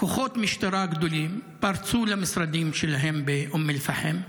כוחות משטרה גדולים פרצו למשרדים שלהם באום אל-פחם,